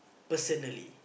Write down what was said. personally